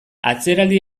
atzeraldi